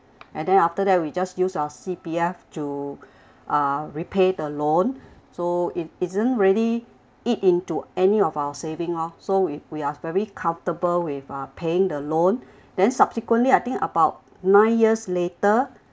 and then after that we just use our C_P_F to uh repay the loan so it isn't really eat into any of our saving ah so we we are very comfortable with our pay the loan then subsequently I think about nine years later